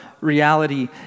reality